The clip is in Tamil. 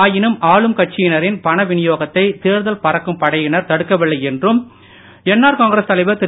ஆயினும் ஆளும் கட்சியினரின் பண வினியோகத்தை தேர்தல் பறக்கும் படையினர் தடுக்கவில்லை என்றும் என்ஆர் காங்கிரஸ் தலைவர் திரு